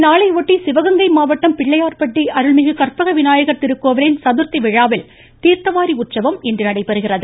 இந்நாளை ஒட்டி சிவகங்கை மாவட்டம் பிள்ளையார்பட்டி அருள்மிகு கர்பக விநாயகர் திருக்கோவிலின் சதுர்த்தி விழாவில் தீர்த்தவாரி உற்சவம் இன்று நடைபெறுகிறது